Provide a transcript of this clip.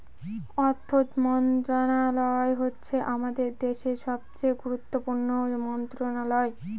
অর্থ মন্ত্রণালয় হচ্ছে আমাদের দেশের সবচেয়ে গুরুত্বপূর্ণ মন্ত্রণালয়